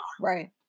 Right